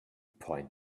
point